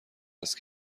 است